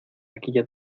aquella